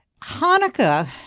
Hanukkah